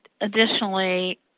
Additionally